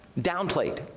downplayed